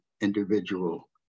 individual